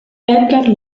edgar